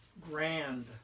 grand